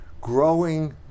growing